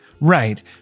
Right